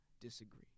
disagree